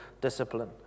discipline